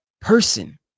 person